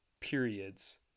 periods